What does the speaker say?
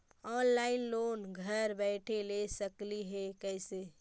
Online loan घर बैठे ले सकली हे, कैसे?